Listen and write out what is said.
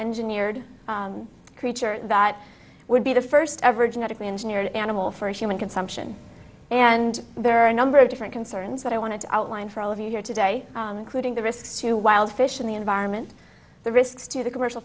engineered creature that would be the first ever genetically engineered animal for human consumption and there are a number of different concerns that i want to outline for all of you here today including the risks to wild fish in the environment the risks to the commercial